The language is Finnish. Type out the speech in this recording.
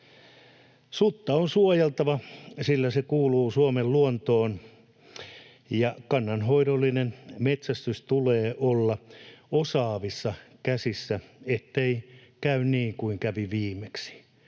Sutta on suojeltava, sillä se kuuluu Suomen luontoon, ja kannanhoidollinen metsästys tulee olla osaavissa käsissä, ettei käy niin kuin kävi viimeksi.